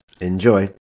Enjoy